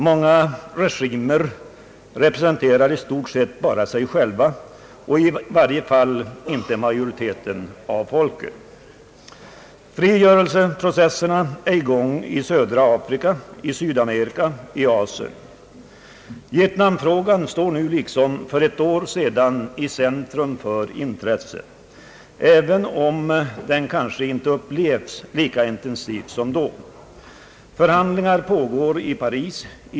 Många regimer representerar i stort sett bara sig själva, och i varje fall inte majoriteten av folken. Frigörelseprocesserna är i gång i södra Afrika, i Sydamerika, i Asien. Vietnamfrågan står nu liksom för ett år sedan i centrum för intresset, även om den kanske inte upplevs lika intensivt som då. Förhandlingar pågår i Paris.